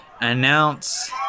announce